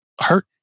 hurt